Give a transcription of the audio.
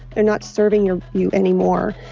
they're not serving you you anymore.